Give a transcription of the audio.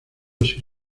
así